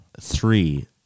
three